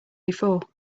before